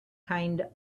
kind